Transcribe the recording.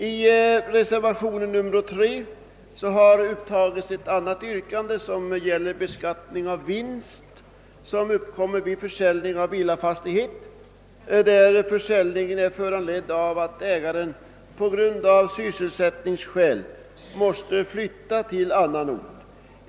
I reservation 3 har upptagits ett yrkande som gäller beskattning av vinst vid försäljning av villafastighet, där försäljningen är föranledd av att ägaren av sysselsättningsskäl måste flytta till annan ort.